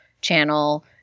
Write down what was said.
channel